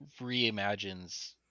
reimagines